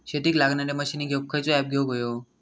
शेतीक लागणारे मशीनी घेवक खयचो ऍप घेवक होयो?